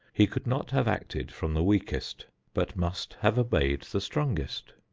he could not have acted from the weakest but must have obeyed the strongest.